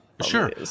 Sure